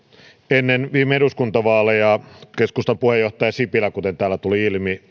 ennen viime eduskuntavaaleja keskustan puheenjohtaja sipilä lupasi ja vannoi kuten täällä tuli ilmi